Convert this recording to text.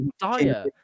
dire